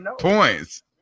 points